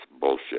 bullshit